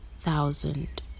thousand